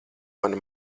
mana